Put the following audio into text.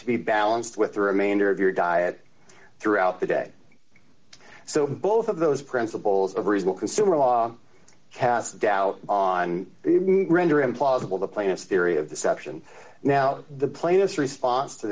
to be balanced with the remainder of your diet throughout the day so both of those principles of reason consumer law cast doubt on the render implausible the plaintiffs theory of the section now the plaintiffs response to